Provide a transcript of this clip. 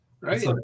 Right